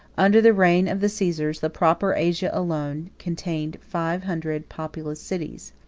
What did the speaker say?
under the reign of the caesars, the proper asia alone contained five hundred populous cities,